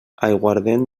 aiguardent